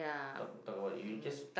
thought thought about you just